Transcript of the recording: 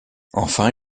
enfin